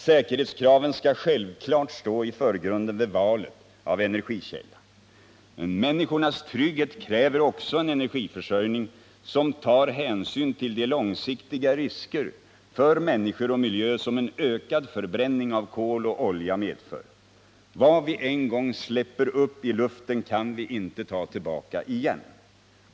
Säkerhetskraven skall självfallet stå i förgrunden vid valet av energikälla. Men människornas trygghet kräver också en energiförsörjning som tar hänsyn till de långsiktiga risker för människor och miljö som en ökad förbränning av kol ocholja medför. Vad vien gång släpper upp i luften kan vi inte ta tillbaka igen.